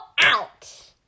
out